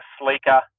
sleeker